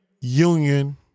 union